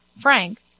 Frank